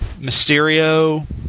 Mysterio